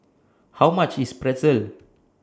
How much IS Pretzel